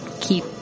keep